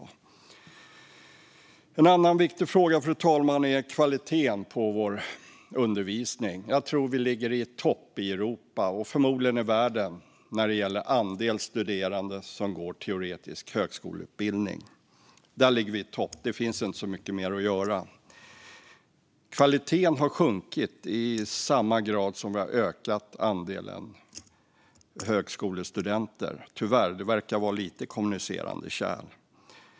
Fru talman! En annan viktig fråga är kvaliteten på vår undervisning. Jag tror att vi ligger i topp i Europa och förmodligen i världen när det gäller andelen studerande som går teoretisk högskoleutbildning. Där ligger vi i topp. Det finns inte så mycket mer att göra. Kvaliteten har sjunkit i samma grad som vi har ökat andelen högskolestudenter, tyvärr. Det verkar vara lite som kommunicerande kärl.